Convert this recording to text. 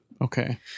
Okay